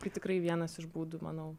tai tikrai vienas iš būdų manau